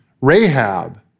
Rahab